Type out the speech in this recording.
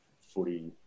footy